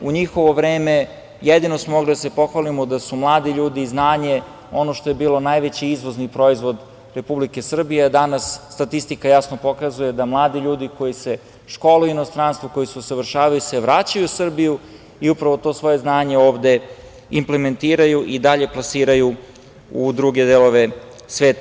U njihovo vreme jedino smo mogli da se pohvalimo da su mladi ljudi, znanje, ono što je bilo najveći izvozni proizvod Republike Srbije, a danas statistika jasno pokazuje da mladi ljudi koji se školuju u inostranstvu, koji se usavršavaju se vraćaju u Srbiju i upravo to svoje znanje ovde implementiraju i dalje plasiraju u druge delove sveta.